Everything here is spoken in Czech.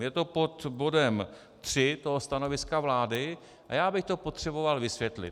Je to pod bodem 3 toho stanoviska vlády a já bych to potřeboval vysvětlit.